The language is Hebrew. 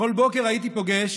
בכל בוקר הייתי פוגש